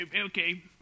Okay